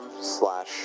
slash